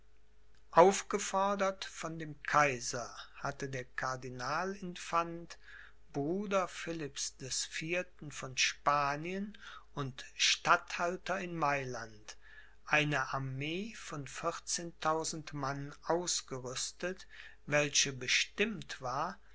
aufgefordert von dem kaiser hatte der cardinal infant bruder philipps des vierten von spanien und statthalter in mailand eine armee von vierzehntausend mann ausgerüstet welche bestimmt war